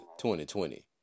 2020